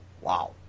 wow